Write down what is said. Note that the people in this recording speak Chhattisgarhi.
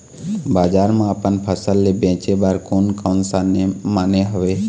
बजार मा अपन फसल ले बेचे बार कोन कौन सा नेम माने हवे?